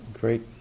great